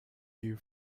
you